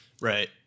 right